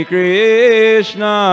Krishna